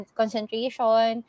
concentration